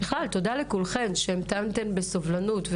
ובכלל תודה לכולכן שהמתנתן בסבלנות.